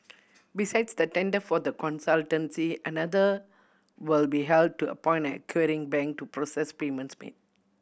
besides the tender for the consultancy another will be held to appoint an acquiring bank to process payments made